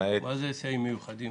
למעט --- מה זה "היסעים מיוחדים"?